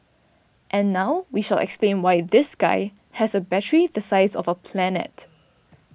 and now we shall explain why this guy has a battery the size of a planet